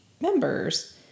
members